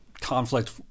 conflict